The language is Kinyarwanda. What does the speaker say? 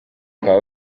kwa